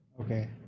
Okay